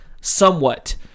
somewhat